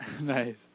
Nice